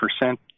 percent